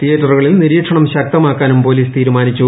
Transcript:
തിയറ്ററുകളിൽ നിരീക്ഷണം ശക്തമാക്കാനും പൊലീസ് തീരുമാനിച്ചു